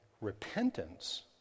repentance